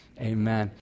amen